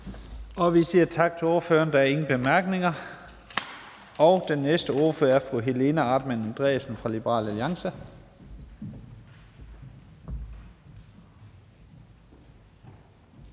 Vi siger tak til ordføreren. Der er ingen korte bemærkninger. Og den næste ordfører er fru Helena Artmann Andresen fra Liberal Alliance.